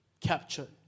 captured